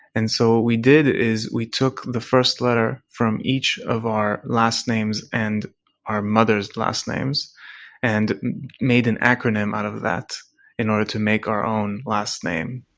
and so what we did is we took the first letter from each of our last names and our mothers' last names and made an acronym out of that in order to make our own last name.